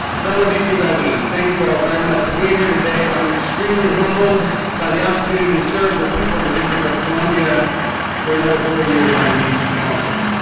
fellow d c. residents, thank you all very much for being here today. i'm extremely humbled by the opportunity to serve the people of the district of columbia for another four years on the d c. council.